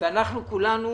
ואנחנו כולנו,